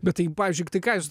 bet tai pavyzdžiui tai ką jūs